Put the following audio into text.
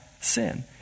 sin